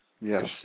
Yes